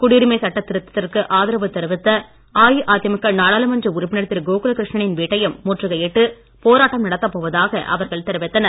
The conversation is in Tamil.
குடியுரிமை சட்ட திருத்தத்திற்கு ஆதரவு தெரிவித்த அஇஅதிமுக நாடாளுமன்ற உறுப்பினர் திரு கோகுல கிருஷ்ணனின் வீட்டையும் முற்றுகையிட்டு போராட்டம் நடத்தப் போவதாக அவர்கள் தெரிவித்தனர்